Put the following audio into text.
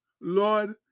Lord